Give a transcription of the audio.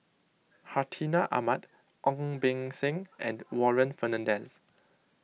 Hartinah Ahmad Ong Beng Seng and Warren Fernandez